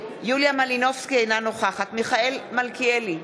יוליה מלינובסקי, אינה נוכחת מיכאל מלכיאלי,